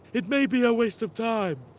it may be a waste of time.